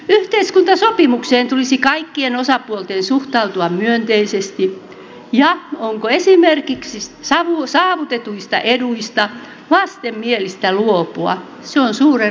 yhteiskuntasopimukseen tulisi kaikkien osapuolten suhtautua myönteisesti ja onko esimerkiksi saavutetuista eduista vastenmielistä luopua se on suuren ratkaisun avain